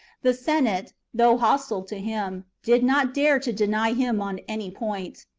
the senate, though hostile to him, did not dare to deny him on any point.